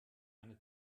eine